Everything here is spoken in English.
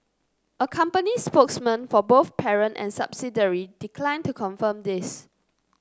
a company spokesman for both parent and subsidiary declined to confirm this